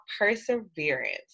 perseverance